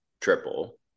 triple